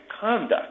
conduct